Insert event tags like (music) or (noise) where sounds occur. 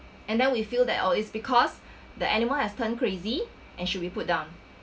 and then we feel that oh it's because (breath) the animal has turned crazy and should be put down